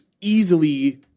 easily